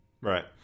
right